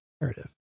narrative